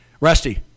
Rusty